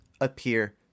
appear